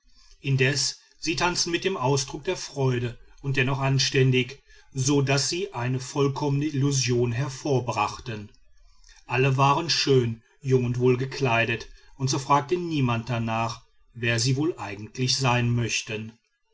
indessen sie tanzten mit dem ausdruck der freude und dennoch anständig so daß sie eine vollkommene illusion hervorbrachten alle waren schön jung und wohlgekleidet und so fragte niemand danach wer sie wohl eigentlich sein möchten